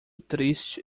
triste